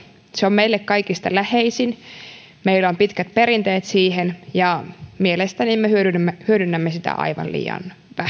se on meille kaikista läheisin meillä on pitkät perinteet siihen ja mielestäni me hyödynnämme sitä aivan liian vähän